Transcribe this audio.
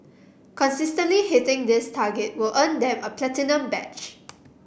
consistently hitting this target will earn them a platinum badge